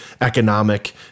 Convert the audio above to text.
economic